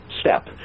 step